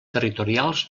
territorials